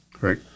Right